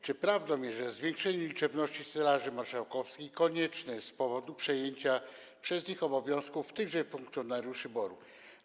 Czy prawdą jest, że zwiększenie liczebności Straży Marszałkowskiej jest konieczne z powodu przejęcia przez nią obowiązków tychże funkcjonariuszy BOR-u?